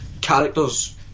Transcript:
characters